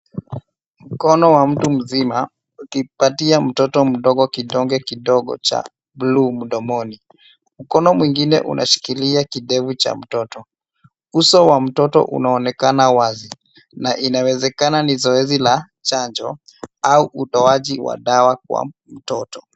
Mkono wa mtu mzima ukipatia mtoto mdogo kidonge kidogo cha bluu mdomoni. Mkono mwingine unashikilia kidevu cha mtoto. Uso wa mtoto unaonekana wazi na inawezekana ni zoezi la chanjo au utoaji wa dawa kwa mtoto.